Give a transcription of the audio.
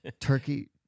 Turkey